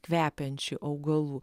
kvepiančių augalų